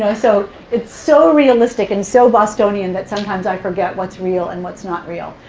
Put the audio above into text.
ah so it's so realistic and so bostonian that sometimes i forget what's real and what's not real.